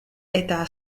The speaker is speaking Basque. eta